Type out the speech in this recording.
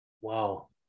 wow